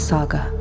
Saga